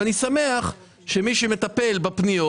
אני שמח שמי שמטפל בפניות,